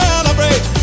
Celebrate